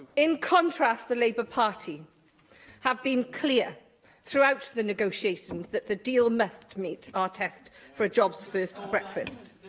in contrast, the labour party have been clear throughout the negotiations that the deal must meet our test for a jobs-first brexit.